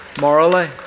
morally